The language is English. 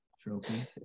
trophy